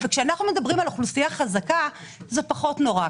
כשאנחנו מדברים על אוכלוסייה חזקה, זה פחות נורא.